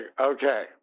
okay